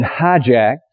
hijacked